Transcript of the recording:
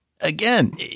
again